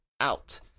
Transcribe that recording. out